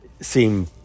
seem